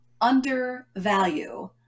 undervalue